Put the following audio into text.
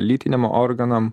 lytiniam organam